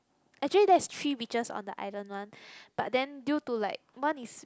actually there is three witches on the island [one] but then due to like one is